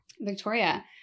Victoria